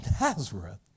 Nazareth